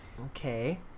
Okay